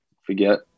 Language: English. forget